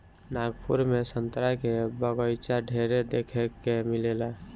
नागपुर में संतरा के बगाइचा ढेरे देखे के मिलेला